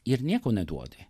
ir nieko neduodi